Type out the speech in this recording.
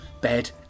Bed